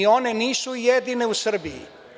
One nisu jedine u Srbije.